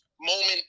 moment